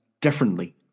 differently